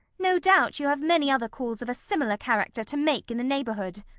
no doubt you have many other calls of a similar character to make in the neighbourhood.